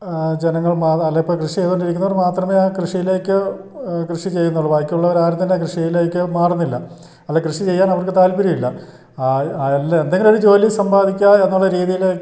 ജനങ്ങൾ മാറ അല്ലെങ്കിൽ ഇപ്പോൾ കൃഷി ചെയ്തുകൊണ്ടിരിക്കുന്നവർ മാത്രമേ ആ കൃഷിയിലേക്ക് കൃഷി ചെയ്യുന്നുള്ളു ബാക്കിയുള്ളവരാരും തന്നെ കൃഷിയിലേക്ക് മാറുന്നില്ല അല്ലെങ്കിൽ കൃഷി ചെയ്യാനവർക്ക് താൽപര്യം ഇല്ല എല്ലാം എന്തെങ്കിലു ഒരു ജോലി സമ്പാദിക്കാം എന്നുള്ള രീതിയിലേക്ക്